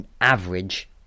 average